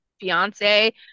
fiance